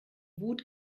wut